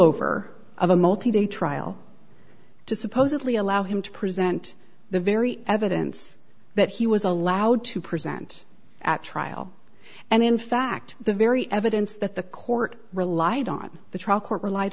over a multi day trial to supposedly allow him to present the very evidence that he was allowed to present at trial and in fact the very evidence that the court relied on the trial court relied